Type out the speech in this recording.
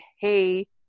Hey